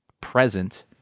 present